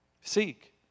Seek